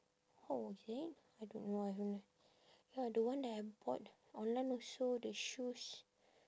oh is it I don't know I don't know ya the one that I bought online also the shoes